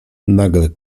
nagle